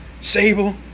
Sable